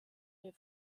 les